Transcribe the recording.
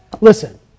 listen